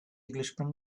englishman